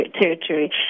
territory